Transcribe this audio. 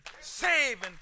Saving